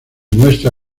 muestra